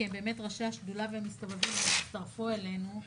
כי הם באמת ראשי השדולה והם מסתובבים והם יצטרפו אלינו,